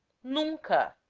nunca,